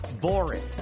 boring